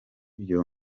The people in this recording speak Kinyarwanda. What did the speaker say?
byo